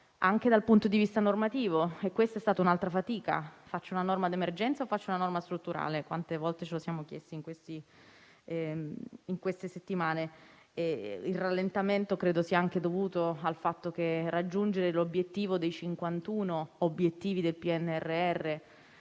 anche dal punto di vista normativo. Questa è stata un'altra fatica: faccio una norma d'emergenza o faccio una norma strutturale? Quante volte ce lo siamo chiesti nelle ultime settimane? Il rallentamento è dovuto anche al fatto che raggiungere l'obiettivo dei 51 obiettivi del PNRR